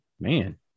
man